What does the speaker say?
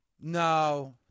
No